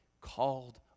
called